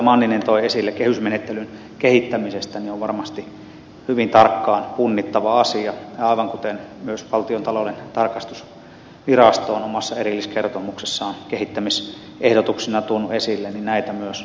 manninen toi esille kehysmenettelyn kehittämisestä on varmasti hyvin tarkkaan punnittava asia ja aivan kuten myös valtiontalouden tarkastusvirasto on omassa erilliskertomuksessaan kehittämisehdotuksena tuonut esille myös näitä asioita tulee punnita